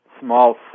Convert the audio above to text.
small